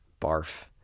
Barf